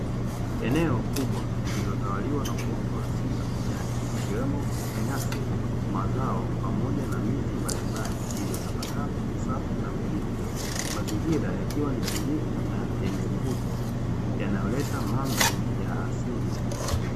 Eneo kubwa lililotawaliwa na uoto wa kijani ikiwemo nyasi, mazao pamoja miti mbalimbali iliyotapakaa kwenye safu za milima, mazingira yakiwa ni tulivu na yenye mvuto, yanayoleta mandhari ya asili.